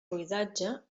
buidatge